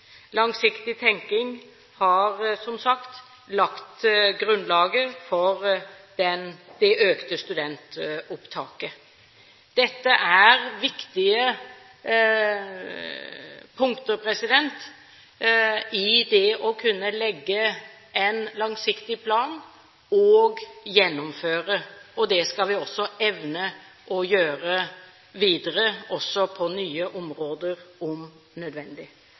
Langsiktig tenkning har som sagt lagt grunnlaget for det økte studentopptaket. Dette er viktige punkter i det å kunne legge en langsiktig plan og gjennomføre, og det skal vi også evne å gjøre videre på nye områder om nødvendig.